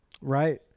Right